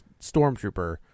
Stormtrooper